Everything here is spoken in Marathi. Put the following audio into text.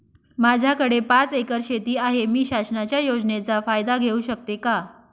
माझ्याकडे पाच एकर शेती आहे, मी शासनाच्या योजनेचा फायदा घेऊ शकते का?